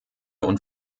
und